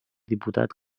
diputat